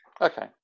Okay